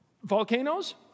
Volcanoes